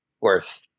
worth